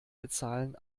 bezahlen